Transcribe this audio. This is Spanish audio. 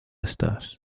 estás